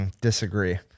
Disagree